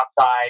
outside